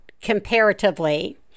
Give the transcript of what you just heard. comparatively